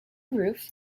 roof